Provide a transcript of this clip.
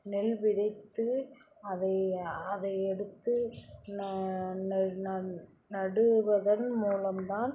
நெல் விதைத்து அதை அதை எடுத்து ந ந ந நடுவதன் மூலம் தான்